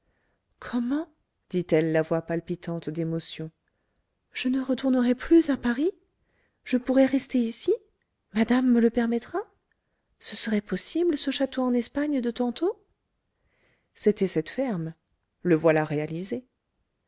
comment dit-elle la voix palpitante d'émotion je ne retournerai plus à paris je pourrai rester ici madame me le permettra ce serait possible ce château en espagne de tantôt c'était cette ferme le voilà réalisé